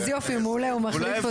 אז יופי מעולה הוא מחליף אותי.